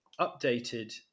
updated